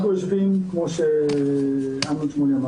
אנחנו יושבים כמו שאמנון אמר,